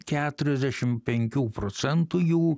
keturiasdešimt penkių procentų jų